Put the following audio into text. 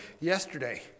yesterday